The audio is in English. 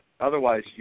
Otherwise